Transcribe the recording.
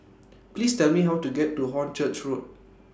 Please Tell Me How to get to Hornchurch Road